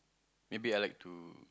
maybe I like to